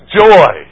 joy